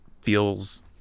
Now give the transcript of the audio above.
feels